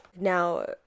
Now